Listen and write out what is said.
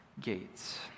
gates